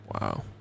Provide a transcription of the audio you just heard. Wow